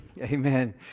Amen